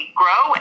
grow